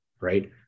Right